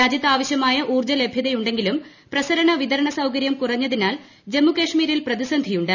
രാജ്യത്ത് ആവശ്യമായ ഊർജ്ജ ലഭ്യതയുണ്ടെങ്കിലും പ്രസരണ വിതരണ സൌകര്യം കുറഞ്ഞതിനാൽ ജമ്മു കശ്മീരിൽ പ്രതിസന്ധിയുണ്ട്